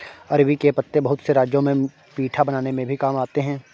अरबी के पत्ते बहुत से राज्यों में पीठा बनाने में भी काम आते हैं